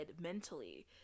mentally